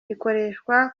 rikoreshwa